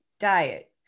diet